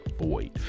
void